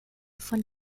von